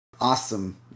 awesome